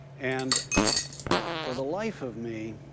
and for the life of me,